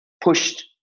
pushed